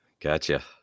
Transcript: Gotcha